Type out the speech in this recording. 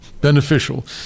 beneficial